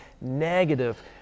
negative